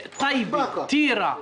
וכך גם לטייבה ולטירה.